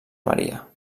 maria